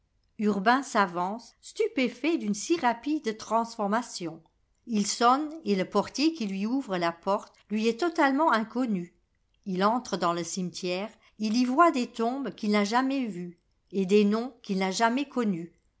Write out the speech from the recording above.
urbain s'avance stupéfait d'une si rapide transformation il sonne et le portier qui lui ouvr la porte lui est totalement inconnu il entre dans le cimetière il y voit des tombes qu'il n'a jamais vues et des noms qu'il n'a jamais connus